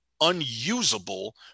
unusable